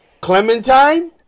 Clementine